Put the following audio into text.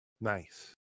nice